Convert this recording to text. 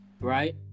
Right